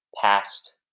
Past